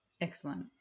Excellent